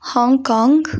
Hong Kong